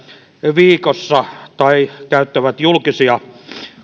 viikossa tai käyttävät julkisia